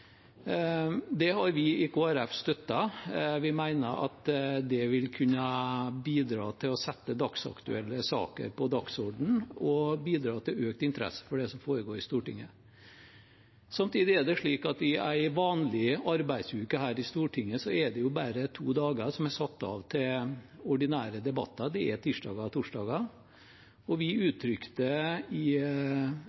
Det har vi i Kristelig Folkeparti støttet. Vi mener at det vil kunne bidra til å sette dagsaktuelle saker på dagsordenen og bidra til økt interesse for det som foregår i Stortinget. Samtidig er det slik at i en vanlig arbeidsuke her i Stortinget er det bare to dager som er satt av til ordinære debatter, og det er tirsdager og torsdager. Vi